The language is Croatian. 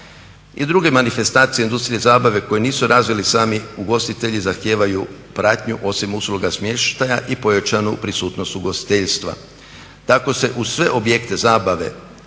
I druge manifestacije industrije zabave koje nisu razvili sami ugostitelji zahtijevaju pratnju osim usluga smještaja i pojačanu prisutnost ugostiteljstva. Tako se uz sve objekte zabave